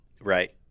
Right